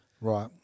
Right